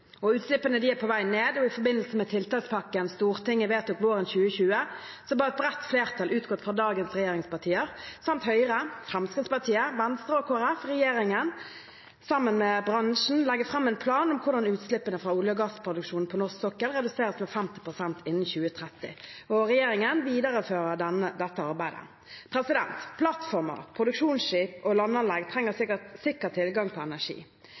Utslippene er på vei ned. I forbindelse med tiltakspakken Stortinget vedtok våren 2020, ba et bredt flertall utgått fra dagens regjeringspartier – samt Høyre, Fremskrittspartiet, Venstre og Kristelig Folkeparti – regjeringen om, sammen med bransjen, å legge fram en plan for hvordan utslippene fra olje- og gassproduksjonen på norsk sokkel skal reduseres med 50 pst. innen 2030. Regjeringen viderefører dette arbeidet. Plattformer, produksjonsskip og landanlegg trenger sikker tilgang på energi.